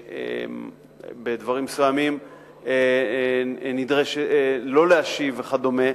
בדברים מסוימים שלא להשיב וכדומה.